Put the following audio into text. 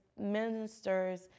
ministers